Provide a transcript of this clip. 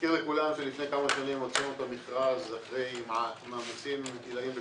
אזכיר לכולם שלפני כמה שנים הוצאנו את המכרז אחרי מאמצים עילאיים,